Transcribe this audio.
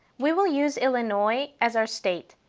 we will use illinois as our state,